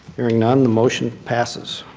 hearing none, the motion passes.